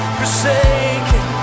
forsaken